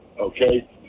Okay